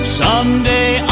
someday